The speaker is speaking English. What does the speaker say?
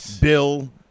Bill